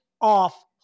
off